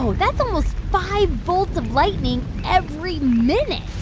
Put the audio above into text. so that's almost five bolts of lightning every minute